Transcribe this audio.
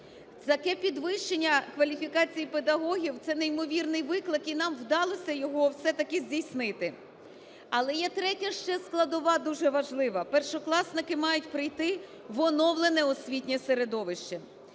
Таке підвищення кваліфікації педагогів – це неймовірний виклик і нам вдалося його все-таки здійснити. Але є третя ще складова дуже важлива. Першокласники мають прийти в оновлене освітнє середовище.